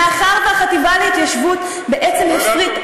מאחר שהחטיבה להתיישבות בעצם הפרידה,